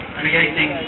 creating